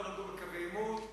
לא נדון בקווי העימות.